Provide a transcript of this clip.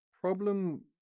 problem